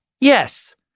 Yes